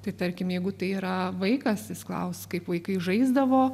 tai tarkim jeigu tai yra vaikas jis klaus kaip vaikai žaisdavo